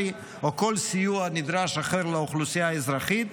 או כל סיוע נדרש אחר לאוכלוסייה האזרחית.